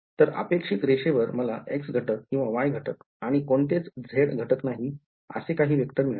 तर अपेक्षित रेषेवर मला x घटक किंवा y घटक आणि कोणतेच z घटक नाही असे काही वेक्टर मिळाले